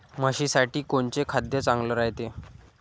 म्हशीसाठी कोनचे खाद्य चांगलं रायते?